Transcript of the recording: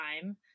time